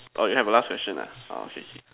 oh you have a last question ah okay Kay